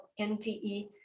NTE